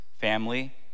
family